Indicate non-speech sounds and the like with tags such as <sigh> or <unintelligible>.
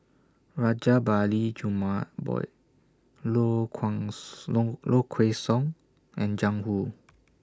Rajabali Jumabhoy Low <unintelligible> Low Kway Song and Jiang Hu